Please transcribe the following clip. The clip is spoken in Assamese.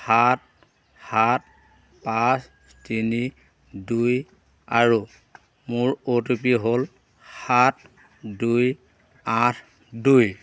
সাত সাত পাঁচ তিনি দুই আৰু মোৰ অ' টি পি হ'ল সাত দুই আঠ দুই